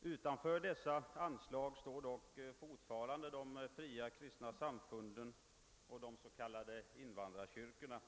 Utanför sådana anslag står dock fortfarande de fria kristna samfunden och de s.k. invandrarkyrkorna.